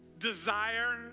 desire